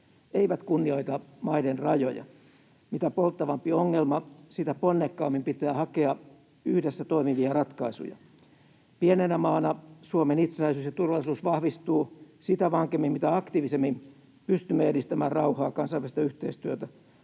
eivät kunnioita maiden rajoja. Mitä polttavampi ongelma, sitä ponnekkaammin pitää hakea yhdessä toimivia ratkaisuja. Pienenä maana Suomen itsenäisyys ja turvallisuus vahvistuu sitä vankemmin, mitä aktiivisemmin pystymme edistämään rauhaa, kansainvälistä yhteistyötä,